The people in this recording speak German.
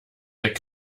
der